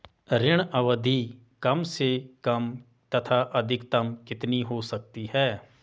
ऋण अवधि कम से कम तथा अधिकतम कितनी हो सकती है?